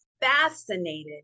fascinated